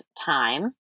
time